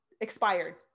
expired